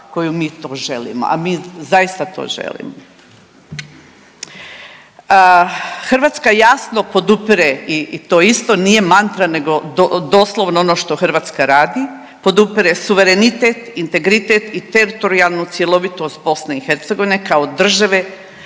koju mi to želimo, a mi zaista to želimo. Hrvatska jasno podupire i to isto nije mantra, nego doslovno ono što Hrvatska radi, podupire suverenitet, integritet i teritorijalnu cjelovitost BiH kao države